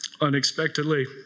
unexpectedly